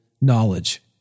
knowledge